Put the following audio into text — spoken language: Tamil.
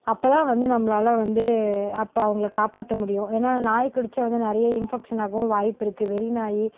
அப்போ தான் வந்து நம்மளால வந்து அப்போ அவங்கள காப்பாற்ற முடியும் ஏன்னா நாய் கடித்தா வந்து நிறைய இன்ஃபெக்ஷன்னாகவும் வாய்ப்பிருக்குது வெறி நாய்